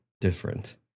different